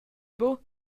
buc